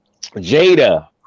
Jada